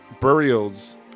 burials